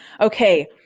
Okay